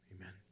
Amen